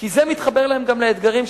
כי זה מתחבר להם גם לאתגרים שלהם.